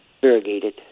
Variegated